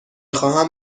خواهم